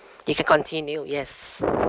they can continue yes